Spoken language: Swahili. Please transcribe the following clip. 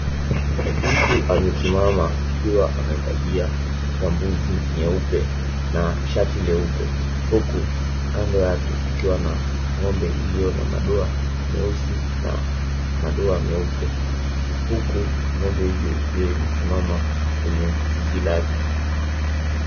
Mtu amesimama akiwa amevalia gumboots nyeupe na shati leupe huku kando yake kukiwa na ng'ombe iliyo na madoa meusi na madoa meupe huku ng'ombe hiyo ikiwa imesimama kwenye zizi lake.